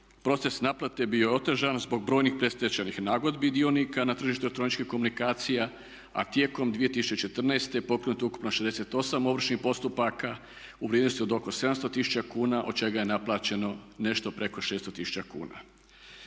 Proces naplate je bio otežan zbog brojnih predstečajnih nagodbi dionika na tržištu elektroničkih komunikacija, a tijekom 2014. je pokrenuto ukupno 68 ovršnih postupaka u vrijednosti od oko 700 tisuća kuna od čega je naplaćeno nešto preko 600 tisuća kuna.